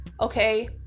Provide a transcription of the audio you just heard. okay